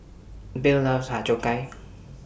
Bill loves Har Cheong Gai